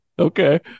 Okay